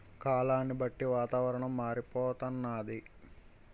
కాలాన్ని బట్టి వాతావరణం మారిపోతన్నాది